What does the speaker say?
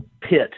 pit